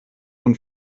und